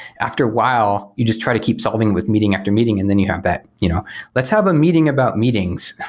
after a while, you just try to keep solving with meeting after meeting and then you have that, you know let's have a meeting about meetings.